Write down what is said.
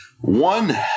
One